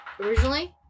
originally